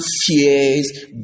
fears